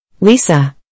Lisa